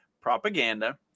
propaganda